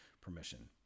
permission